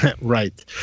Right